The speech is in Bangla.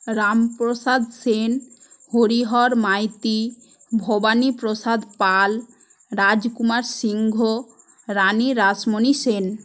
রামপ্রসাদ সেন হরিহর মাইতি ভবানীপ্রসাদ পাল রাজকুমার সিংহ রানি রাসমণি সেন